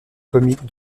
comiques